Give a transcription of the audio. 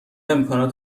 امکانات